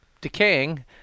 decaying